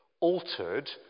altered